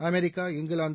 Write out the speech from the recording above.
America England